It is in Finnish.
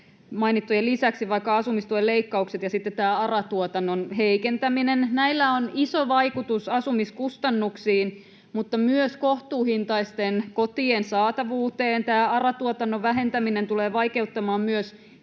mainittujen lisäksi vaikka asumistuen leikkaukset ja sitten tämä ARA-tuotannon heikentäminen. Näillä on iso vaikutus asumiskustannuksiin mutta myös kohtuuhintaisten kotien saatavuuteen. Tämä ARA-tuotannon vähentäminen tulee vaikeuttamaan myös